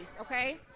okay